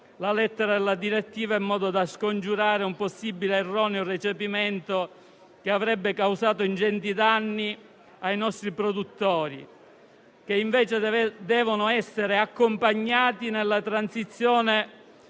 la lettera della direttiva in modo da scongiurare un possibile erroneo recepimento che avrebbe causato ingenti danni ai nostri produttori, che invece devono essere accompagnati nella transizione